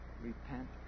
Repent